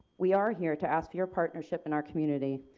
we are here to ask for your partnership in our community.